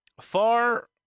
Far